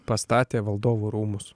pastatė valdovų rūmus